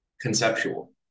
conceptual